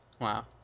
Wow